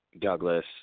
Douglas